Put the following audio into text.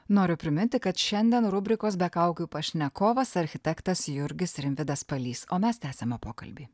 noriu priminti kad šiandien rubrikos be kaukių pašnekovas architektas jurgis rimvydas palys o mes tęsiame pokalbį